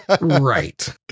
Right